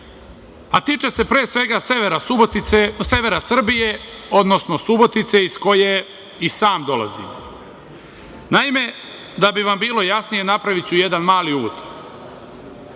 Tiče se, pre svega, severa Srbije, odnosno Subotice, iz koje i sam dolazim. Naime, da bi vam bilo jasnije, napraviću jedan mali uvod.